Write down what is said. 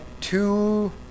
Two